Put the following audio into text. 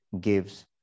gives